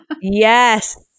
Yes